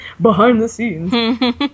Behind-the-scenes